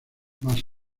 más